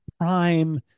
prime